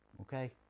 Okay